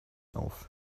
auf